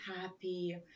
happy